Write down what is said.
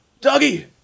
Dougie